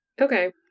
Okay